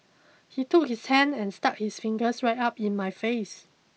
he took his hand and stuck his fingers right up in my face